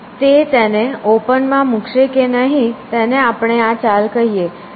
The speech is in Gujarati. તે તેને ઓપન મૂકશે કે નહીં તેને આપણે આ ચાલ કહીએ